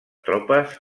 tropes